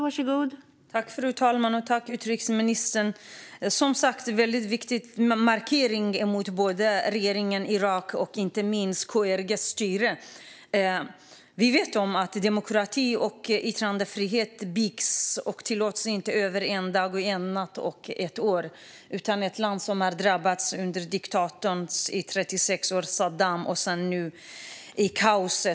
Fru talman! Som sagt är det väldigt viktigt att markera mot både regeringen i Irak och, inte minst, KRG:s styre. Demokrati och yttrandefrihet byggs och tillåts inte över en dag, en natt eller ett år. Irak är ett land som var drabbat av diktatorn Saddam i 36 år. Nu är det kaos.